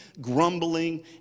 grumbling